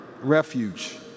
refuge